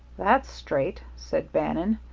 that's straight, said bannon.